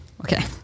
okay